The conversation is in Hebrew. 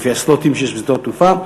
לפי הסלוטים שיש בשדות התעופה,